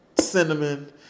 Cinnamon